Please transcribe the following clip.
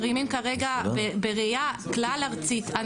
בראייה כלל ארצית,